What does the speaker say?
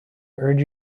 urge